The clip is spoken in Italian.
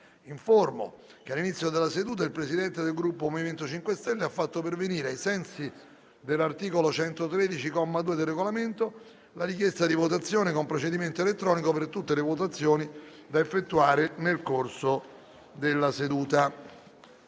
che all'inizio della seduta il Presidente del Gruppo MoVimento 5 Stelle ha fatto pervenire, ai sensi dell'articolo 113, comma 2, del Regolamento, la richiesta di votazione con procedimento elettronico per tutte le votazioni da effettuare nel corso della seduta.